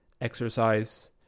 Exercise